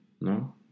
No